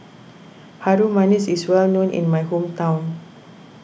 Harum Manis is well known in my hometown